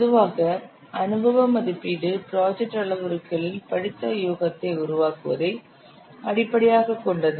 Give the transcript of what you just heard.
பொதுவாக அனுபவ மதிப்பீடு ப்ராஜெக்ட் அளவுருக்களில் படித்த யூகத்தை உருவாக்குவதை அடிப்படையாகக் கொண்டது